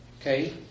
okay